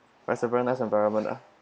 that's a very nice environment ah